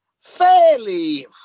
fairly